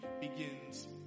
begins